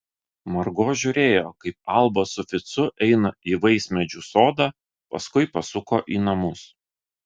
margo žiūrėjo kaip alba su ficu eina į vaismedžių sodą paskui pasuko į namus